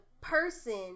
person